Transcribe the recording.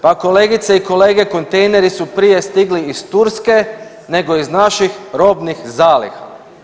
Pa kolegice i kolege kontejneri su prije stigli iz Turske nego iz naših robnih zaliha.